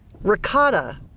Ricotta